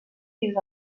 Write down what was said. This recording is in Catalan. fins